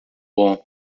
bom